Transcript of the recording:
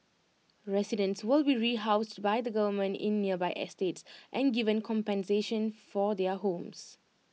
residents will be rehoused by the government in nearby estates and given compensation for their homes